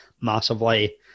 massively